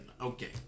Okay